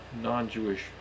non-Jewish